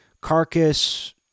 Carcass